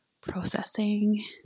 processing